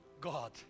God